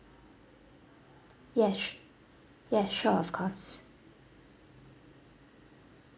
yes yes sure of course